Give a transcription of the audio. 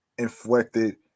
inflected